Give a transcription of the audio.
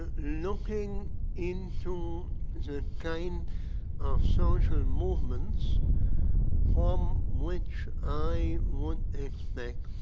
ah looking into the kind of social movements from which i won't expect